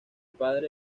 padre